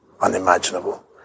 unimaginable